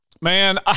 Man